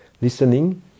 listening